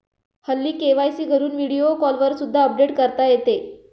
हल्ली के.वाय.सी घरून व्हिडिओ कॉलवर सुद्धा अपडेट करता येते